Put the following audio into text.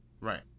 Right